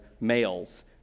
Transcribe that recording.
males